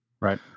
Right